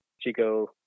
chico